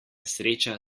sreča